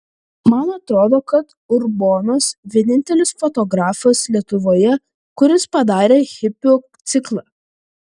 man atrodo kad urbonas vienintelis fotografas lietuvoje kuris padarė hipių ciklą